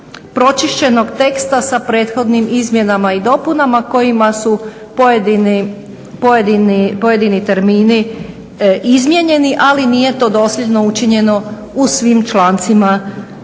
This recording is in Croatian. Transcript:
pročišćenog teksta sa prethodnim izmjenama i dopunama kojima su pojedini termini izmijenjeni ali nije to dosljedno učinjeno u svim člancima zakona